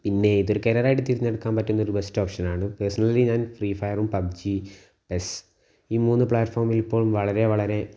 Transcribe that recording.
പിന്നെ ഇതൊരു കരിയറായി തെരഞ്ഞെടുക്കാൻ പറ്റുന്നൊരു ബെസ്ററ് ഓപ്ഷനാണ് പേഴ്സണലി ഞാൻ ഫ്രീ ഫയറും പബ്ജി പെസ് ഈ മൂന്നു പ്ലാറ്റുഫോമിലിപ്പോൾ വളരെ വളരെ